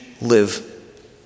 live